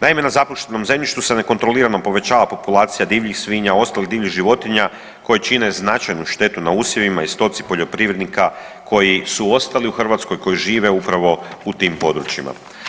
Naime, na zapuštenom zemljištu se nekontrolirano povećava populacija divljih svinja i ostalih divljih životinja koje čine značajnu štetu na usjevima i stoci poljoprivrednika koji su ostali u Hrvatskoj i koji žive upravo u tim područjima.